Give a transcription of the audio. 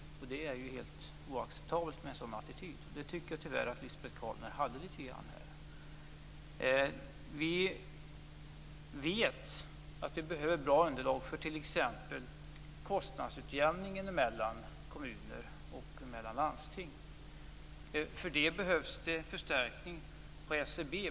Det är helt oacceptabelt med en sådan attityd. Jag tycker tyvärr att Lisbet Calner visade det här. Vi vet att det behövs bra underlag för kostnadsutjämningen mellan kommuner och mellan landsting. Det behövs förstärkning på SCB.